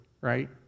right